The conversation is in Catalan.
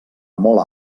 molt